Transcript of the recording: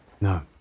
No